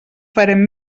farem